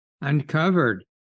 uncovered